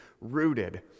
rooted